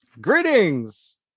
Greetings